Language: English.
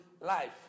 life